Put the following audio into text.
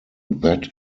that